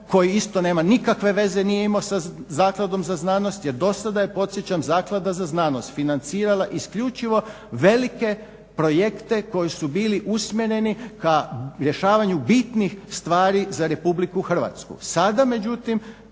koji isto nema nikakve veze nije imao sa Zakladom za znanost. Jer do sada je podsjećam Zaklada za znanost financirala isključivo velike projekte koji su bili usmjereni ka rješavanju bitnih stvari za Republiku Hrvatsku. Sada međutim,